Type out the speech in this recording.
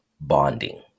bonding